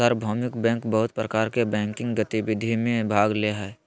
सार्वभौमिक बैंक बहुत प्रकार के बैंकिंग गतिविधि में भाग ले हइ